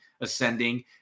ascending